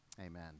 Amen